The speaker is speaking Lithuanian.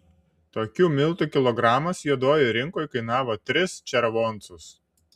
tokių miltų kilogramas juodojoj rinkoj kainavo tris červoncus